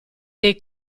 dei